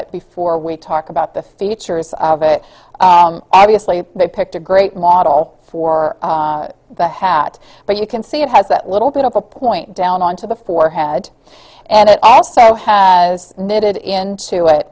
it before we talk about the features of it they picked a great model for the hat but you can see it has that little bit of a point down on to the forehead and it also has knitted into it